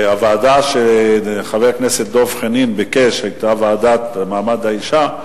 והוועדה שחבר הכנסת דב חנין ביקש היתה הוועדה למעמד האשה,